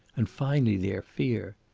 and finally their fear!